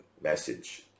message